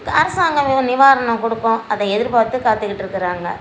க அரசாங்கமும் நிவாரணம் கொடுக்கும் அதை எதிர்பார்த்து காத்துகிட்டுருக்குறாங்க